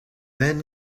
then